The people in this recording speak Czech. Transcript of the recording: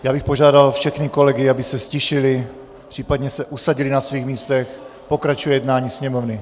Já bych požádal všechny kolegy, aby se ztišili, případně se usadili na svých místech, pokračuje jednání Sněmovny.